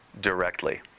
directly